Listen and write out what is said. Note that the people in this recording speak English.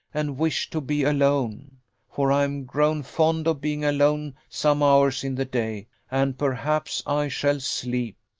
and wish to be alone for i am grown fond of being alone some hours in the day, and perhaps i shall sleep.